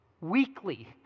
weekly